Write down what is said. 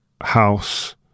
house